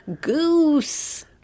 Goose